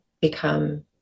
become